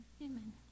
Amen